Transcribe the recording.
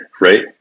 right